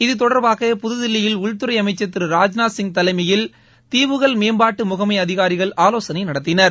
இது தொடர்பாக புதுதில்லியில் உள்துறை அமைச்சர் திரு ராஜ்நாத்சிங் தலைமையில் தீவுகள் மேம்பாட்டு முகமை அதிகாரிகள் ஆலோசனை நடத்தினர்